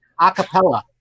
Acapella